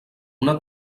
una